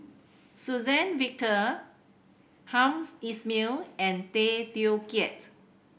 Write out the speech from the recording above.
Suzann Victor hams Ismail and Tay Teow Kiat